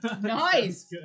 Nice